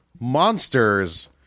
monsters